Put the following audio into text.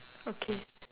okay